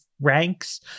ranks